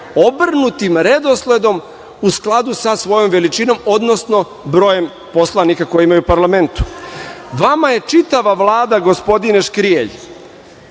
obrnutim redosledom u skladu sa svojom veličinom, odnosno brojem poslanika koje imaju u parlamentu. Vama je čitava Vlada, gospodine Škrijelj,